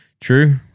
true